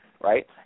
Right